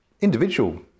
individual